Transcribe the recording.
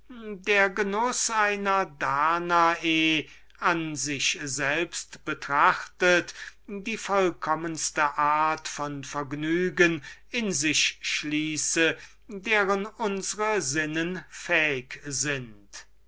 der genuß einer so schönen frau als danae war an sich selbst betrachtet die vollkommenste art von vergnügungen in sich schließe deren unsre sinnen fähig sind